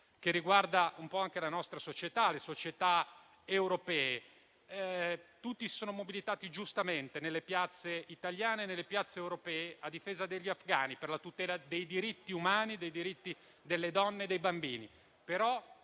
che riguarda un po' anche la nostra società e le società europee: tutti si sono mobilitati, giustamente, nelle piazze italiane ed europee a difesa degli afghani per la tutela dei diritti umani, dei diritti delle donne e dei bambini.